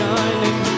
Shining